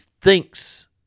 thinks